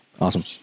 awesome